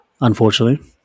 unfortunately